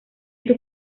sus